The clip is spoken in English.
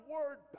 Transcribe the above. Word